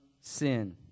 sin